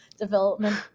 development